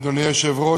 בני-האדם,